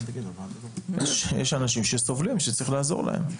יש אנשים שסובלים וצריך לעזור להם.